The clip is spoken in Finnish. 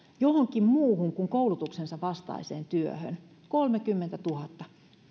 johonkin muuhun kuin koulutustaan vastaavaan työhön kolmekymmentätuhatta